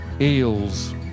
Eels